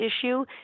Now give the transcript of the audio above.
issue